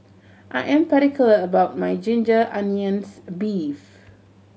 I am particular about my ginger onions beef